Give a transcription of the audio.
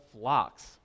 flocks